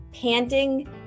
panting